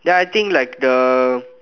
ya I think like the